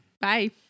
Bye